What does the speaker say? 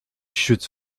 should